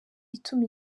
ituma